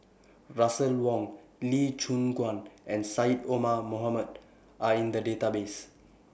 Russel Wong Lee Choon Guan and Syed Omar Mohamed Are in The Database